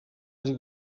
ari